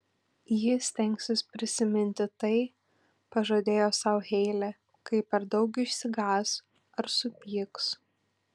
ji stengsis prisiminti tai pažadėjo sau heilė kai per daug išsigąs ar supyks